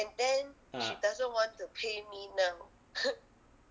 ah